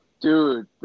Dude